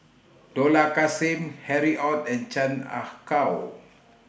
Dollah Kassim Harry ORD and Chan Ah Kow